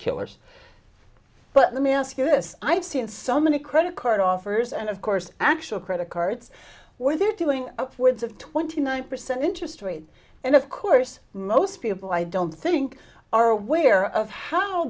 killers but let me ask you this i've seen so many credit card offers and of course actual credit cards where they're doing words of twenty nine percent interest rate and of course most people i don't think are aware of how